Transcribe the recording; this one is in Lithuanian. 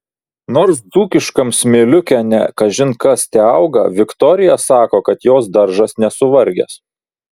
nors dzūkiškam smėliuke ne kažin kas teauga viktorija sako kad jos daržas nesuvargęs